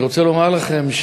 אני רוצה לומר לכם,